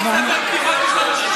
עוד פעם התחלת עם עוד פעם,